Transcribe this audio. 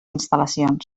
instal·lacions